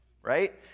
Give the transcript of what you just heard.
right